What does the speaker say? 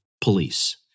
police